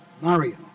Mario